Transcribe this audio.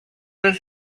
was